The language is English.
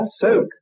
soak